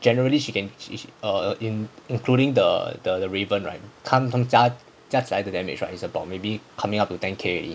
generally she can in~ err in~ including the the ribbon right 他们他们加加起来的 damage right is coming up to about ten K already